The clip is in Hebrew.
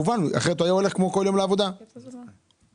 אחרת היה הולך לעבודה כמו בכל יום.